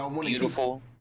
beautiful